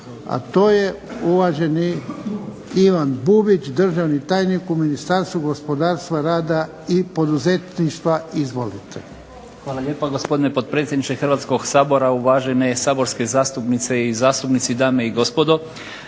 a to je uvaženi Ivan Bubić, državni tajnik u Ministarstvu gospodarstva, rada i poduzetništva. Izvolite. **Bubić, Ivan** Hvala lijepa gospodine potpredsjedniče Hrvatskog sabora, uvažene saborske zastupnice i zastupnici, dame i gospodo.